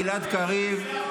גלעד קריב,